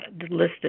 listed